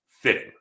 fitting